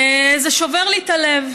זה שובר לי את הלב,